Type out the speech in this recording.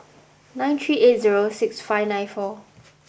nine three eight zero six five nine four